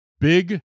big